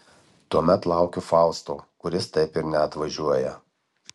tuomet laukiu fausto kuris taip ir neatvažiuoja